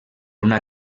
una